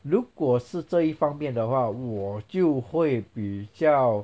如果是这一方面的话我就会比较